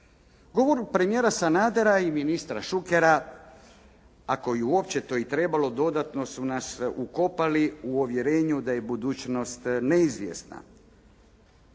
Govor premijera Sanadera i ministra Šukera, ako je uopće to i trebalo dodatno su nas ukopali u uvjerenju da je budućnost neizvjesna.